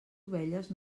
ovelles